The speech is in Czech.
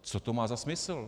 Co to má za smysl?